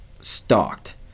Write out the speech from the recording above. Stalked